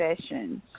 sessions